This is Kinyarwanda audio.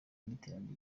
n’iterambere